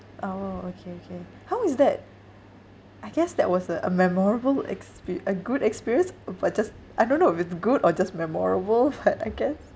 orh okay okay how old is that I guess that was a a memorable expe~ a good experience uh but just I don't know if it's good or just memorable but I guess